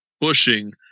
pushing